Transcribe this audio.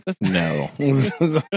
no